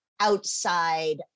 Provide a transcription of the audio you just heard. outside